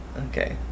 Okay